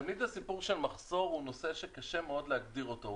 תמיד הסיפור של מחסור הוא נושא שקשה מאוד להגדיר אותו.